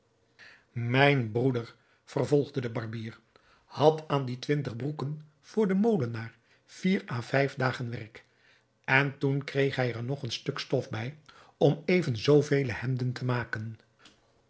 mijn broeder vervolgde de barbier had aan die twintig broeken voor den molenaar vier à vijf dagen werk en toen kreeg hij er nog een stuk stof bij om even zoo vele hemden te maken